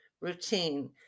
routine